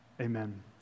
Amen